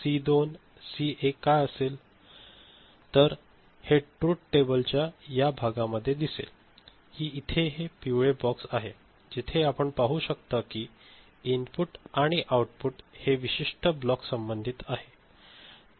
तर हे truth table च्या या भागामध्ये दिसले की इथे हे पिवळे बॉक्स आहे जेथे आपण पाहू शकता की इनपुट आणि आउटपुट हे विशिष्ट ब्लॉक संबंधित आहे